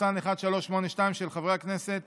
של חברי הכנסת